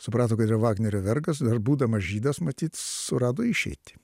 suprato kad yra vagnerio vergas dar būdamas žydas matyt surado išeitį